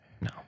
no